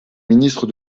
ministre